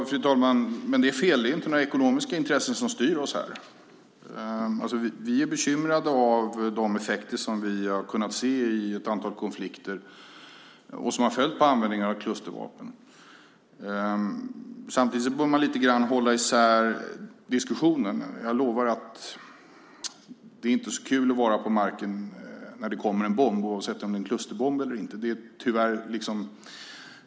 Fru talman! Det är fel. Det är inte några ekonomiska intressen som styr oss här. Vi är bekymrade över de effekter som vi har kunnat se i ett antal konflikter och som har följt på användningen av klustervapen. Samtidigt bör man hålla isär diskussionerna. Jag lovar att det inte är så kul att vara på marken när det kommer en bomb, oavsett om det är en klusterbomb eller inte.